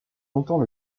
longtemps